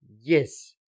Yes